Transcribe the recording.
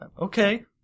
okay